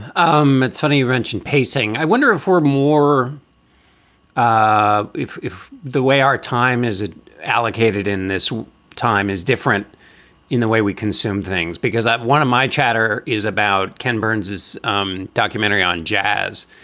um it's funny, wrench and pacing i wonder if for more ah if if the way our time is ah allocated in this time is different in the way we consume things, because i have one of my chatter is about ken burns um documentary on jazz,